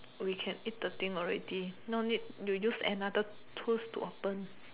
we can eat the thing already no need to use another tools to open